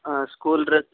ಹಾಂ school dress